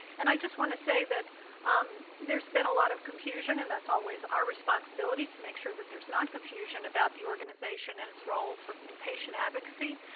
and i just want to say that um there's been a lot of confusion, and that's always our responsibility, to make sure that there's not confusion about the organization and its role for in-patient advocacy,